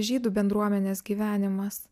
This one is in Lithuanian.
žydų bendruomenės gyvenimas